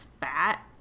fat